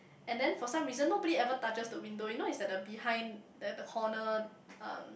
and then for some reason nobody ever touches the window you know it's at the behind the the corner um